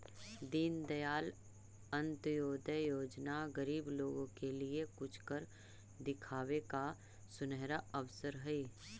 दीनदयाल अंत्योदय योजना गरीब लोगों के लिए कुछ कर दिखावे का सुनहरा अवसर हई